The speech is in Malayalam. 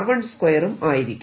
ഉം ആയിരിക്കും